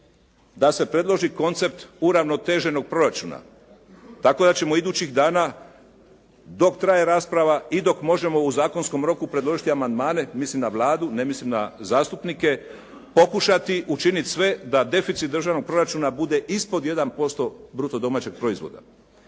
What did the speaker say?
da se predloži koncept uravnoteženog proračuna tako da ćemo idućih dana dok traje rasprava i dok možemo u zakonskom roku predložiti amandmane, mislim na Vladu, ne mislim na zastupnike, pokušati učiniti sve da deficit državnog proračuna bude ispod 1% bruto domaćeg proizvoda.